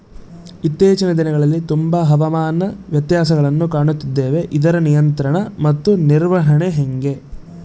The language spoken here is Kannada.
ಇತ್ತೇಚಿನ ದಿನಗಳಲ್ಲಿ ತುಂಬಾ ಹವಾಮಾನ ವ್ಯತ್ಯಾಸಗಳನ್ನು ಕಾಣುತ್ತಿದ್ದೇವೆ ಇದರ ನಿಯಂತ್ರಣ ಮತ್ತು ನಿರ್ವಹಣೆ ಹೆಂಗೆ?